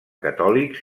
catòlics